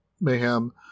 Mayhem